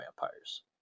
vampires